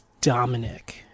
Dominic